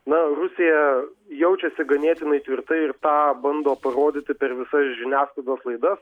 na rusija jaučiasi ganėtinai tvirtai ir tą bando parodyti per visas žiniasklaidos laidas